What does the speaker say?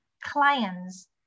clients